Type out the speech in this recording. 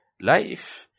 life